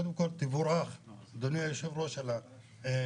קודם כל תבורך אדוני היו"ר על הדיון,